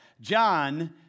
John